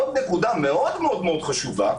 צדקה בעניין תו ירוק גם לנוכח האומיקרון אני לא חושב שזה המצב.